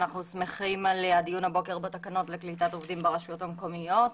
אנחנו שמחים על הדיון הבוקר בתקנות לקליטת עובדים ברשויות המקומיות.